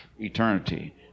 eternity